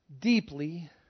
deeply